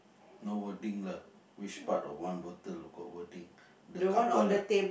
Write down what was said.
no wording lah which part of one bottle got wording the couple lah